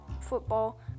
football